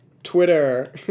Twitter